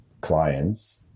clients